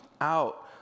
out